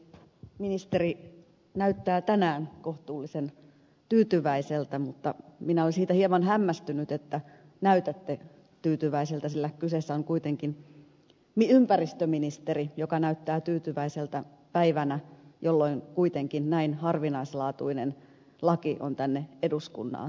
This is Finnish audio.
ministeri näyttää tänään kohtuullisen tyytyväiseltä mutta minä olen siitä hieman hämmästynyt että näytätte tyytyväiseltä sillä kyseessä on kuitenkin ympäristöministeri joka näyttää tyytyväiseltä päivänä jolloin kuitenkin näin harvinaislaatuinen laki on tänne eduskuntaan tuotu